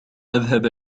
أذهب